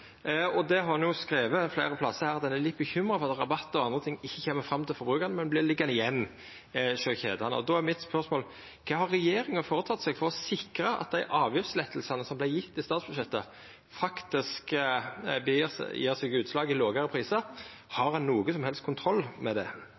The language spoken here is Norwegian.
har skrive fleire plassar her at ein er bekymra for at rabattar og andre ting ikkje kjem fram til forbrukarane, men vert liggjande igjen hjå kjedene. Då er mitt spørsmål: Kva har regjeringa gjort for å sikra at dei avgiftslettane som er gjevne i statsbudsjettet, faktisk gjev seg utslag i lågare prisar?